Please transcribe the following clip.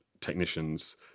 technicians